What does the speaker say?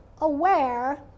aware